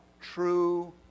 true